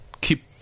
keep